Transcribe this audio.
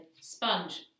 Sponge